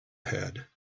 had